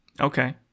Okay